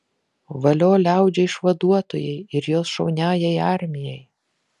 valio liaudžiai išvaduotojai ir jos šauniajai armijai